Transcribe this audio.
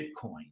Bitcoin